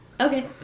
Okay